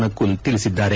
ನಕುಲ್ ತಿಳಿಸಿದ್ದಾರೆ